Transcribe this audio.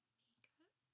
makeup